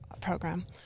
program